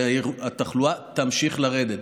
שהתחלואה תמשיך לרדת.